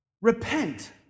repent